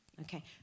Okay